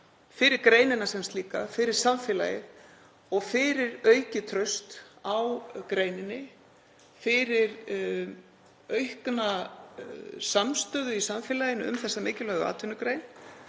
fyrir greinina sem slíka, fyrir samfélagið og fyrir aukið traust á greininni, fyrir aukna samstöðu í samfélaginu um þessa mikilvægu atvinnugrein